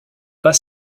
pas